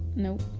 no